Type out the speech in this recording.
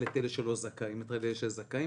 את אלה שלא זכאים ואת אלה שזכאים,